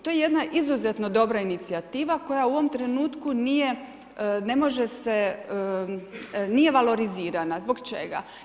To je jedna izuzetno dobra inicijativa, koja u ovom trenutku nije, ne može se, nije valorizirana, zbog čega?